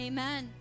Amen